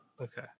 Okay